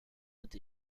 with